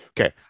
Okay